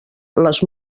les